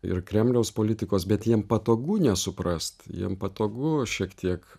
ir kremliaus politikos bet jiem patogu nesuprast jiem patogu šiek tiek